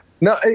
No